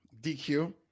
DQ